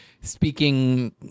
speaking